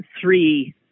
three